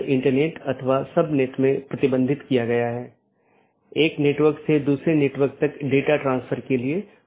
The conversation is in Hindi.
यहाँ दो प्रकार के पड़ोसी हो सकते हैं एक ऑटॉनमस सिस्टमों के भीतर के पड़ोसी और दूसरा ऑटॉनमस सिस्टमों के पड़ोसी